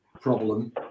problem